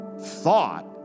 thought